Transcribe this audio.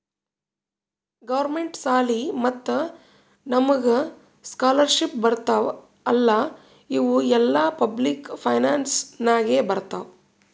government ಸಾಲಿ ಮತ್ತ ನಮುಗ್ ಸ್ಕಾಲರ್ಶಿಪ್ ಬರ್ತಾವ್ ಅಲ್ಲಾ ಇವು ಎಲ್ಲಾ ಪಬ್ಲಿಕ್ ಫೈನಾನ್ಸ್ ನಾಗೆ ಬರ್ತಾವ್